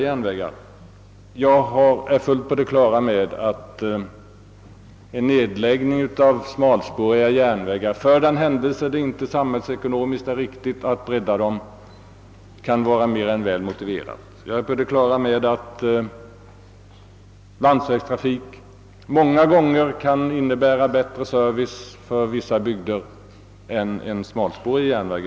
Jag är helt på det klara med att en nedläggning av smalspåriga järnvägar — för den händelse det ur samhällsekonomisk synpunkt inte är riktigt att bredda dem — kan vara mer än väl motiverad. Jag är också införstådd med att landsvägstrafik många gånger kan innebära bättre service för vissa bygder än en smalspårig järnväg.